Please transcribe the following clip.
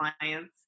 clients